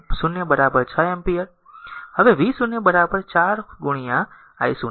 તો i 0 6 ampere હવે v0 4 i 0